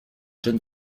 john